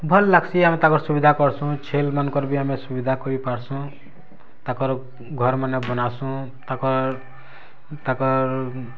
ଭଲ୍ ଲାଗସି ଆମେ ତାକର୍ ସୁବିଧା କରସୁ ଛେଲ୍ ମାନକର୍ ବି ଆମେ ସୁବିଧା କରି ପାରସୁ ତାକର୍ ଘର୍ ମାନେ ବନାସୁ ତାକର୍ ତାକର୍